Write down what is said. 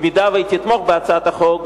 אם היא תתמוך בהצעת החוק,